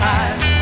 eyes